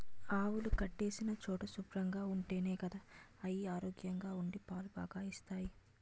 ఆవులు కట్టేసిన చోటు శుభ్రంగా ఉంటేనే గదా అయి ఆరోగ్యంగా ఉండి పాలు బాగా ఇస్తాయి